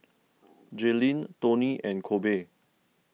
Jalyn Toney and Kobe